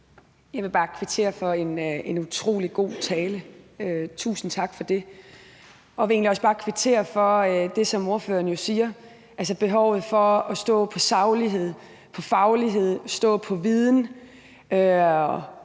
Jeg vil bare kvittere for en utrolig god tale. Tusind tak for det. Og jeg vil egentlig også bare kvittere for det, som ordføreren jo siger, altså det med behovet for at stå på saglighed og på faglighed og på viden.